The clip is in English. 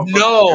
no